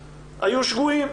היו שגויים.